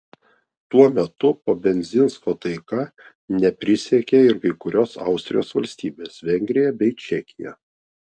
tuo metu po bendzinsko taika neprisiekė ir kai kurios austrijos valstybės vengrija bei čekija